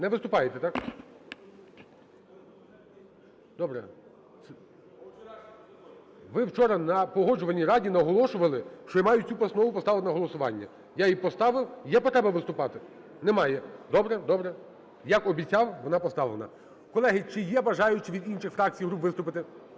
Не виступаєте, так? Добре. Ви вчора на Погоджувальній раді наголошували, що я маю цю постанову поставити на голосування. Я її поставив. Є потреба виступати? Немає. Добре, добре. Як обіцяв, вона поставлена. Колеги, чи є бажаючі від інших фракцій, груп виступити?